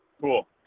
Cool